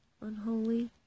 unholy